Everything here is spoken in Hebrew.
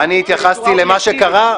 פה --- אני התייחסתי למה שקרה.